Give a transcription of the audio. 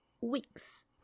weeks